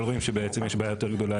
אבל רואים שיש בעצם בעיה יותר גדולה,